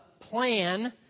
plan